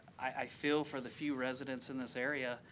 i feel for the few residents in this area.